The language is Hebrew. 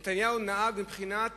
נתניהו נהג בבחינת